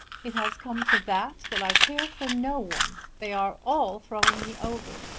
it has come to that, that i care for no one. they are all throwing me over.